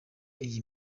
iyi